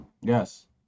Yes